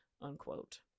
unquote